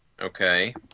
okay